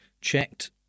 checked